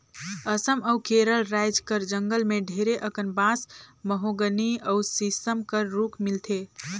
असम अउ केरल राएज कर जंगल में ढेरे अकन बांस, महोगनी अउ सीसम कर रूख मिलथे